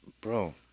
Bro